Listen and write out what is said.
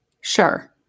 Sure